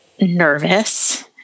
Nervous